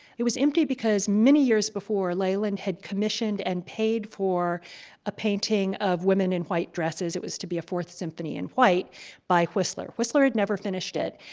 it was empty because, many years before, leyland had commissioned and paid for a painting of women in white dresses. it was to be a fourth symphony in white by whistler. whistler had never finished it,